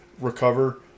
recover